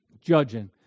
judging